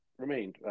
remained